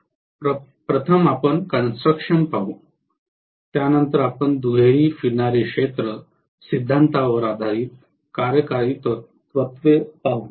प्रथम आपण कंस्ट्रक्शन पाहू त्यानंतर आपण दुहेरी फिरणारे क्षेत्र सिद्धांतावर आधारित कार्यकारी तत्त्व पाहू